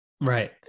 Right